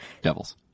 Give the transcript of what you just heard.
Devils